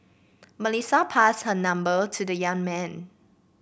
Melissa passed her number to the young man